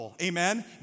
Amen